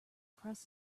across